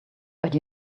but